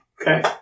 Okay